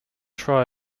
try